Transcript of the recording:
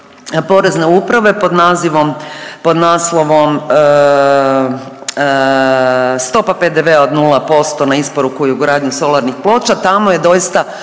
pod nazivom, pod naslovom „Stopa PDV-a od nula posto na isporuku i ugradnju solarnih ploča. Tamo je doista